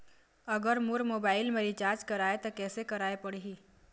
अगर मोर मोबाइल मे रिचार्ज कराए त कैसे कराए पड़ही?